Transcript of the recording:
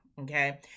Okay